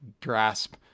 grasp